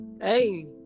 Hey